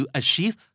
achieve